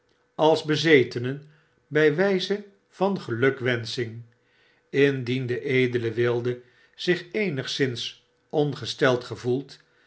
als bezetenen by wgze van gelukwensching indien de edele wilde zich eenigszins ongesteld gevoeld